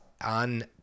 on